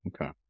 Okay